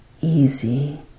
easy